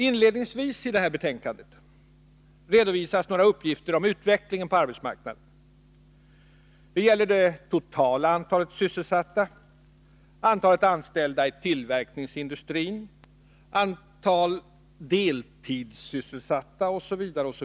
Inledningsvis i betänkandet redovisas några uppgifter om utvecklingen på arbetsmarknaden. Det gäller det totala antalet sysselsatta, antalet anställda i tillverkningsindustrin, antalet deltidssysselsatta osv.